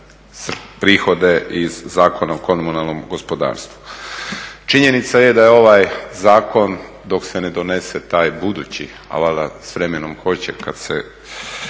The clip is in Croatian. prihode iz Zakona o komunalnom gospodarstvu. Činjenica je da je ovaj zakon dok se ne donese taj budući, a valjda s vremenom hoće kad se